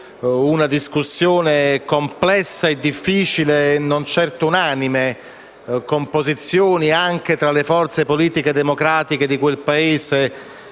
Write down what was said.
una discussione complessa e non certo unanime, con posizioni, anche tra le forze politiche democratiche di quel Paese,